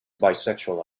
bisexual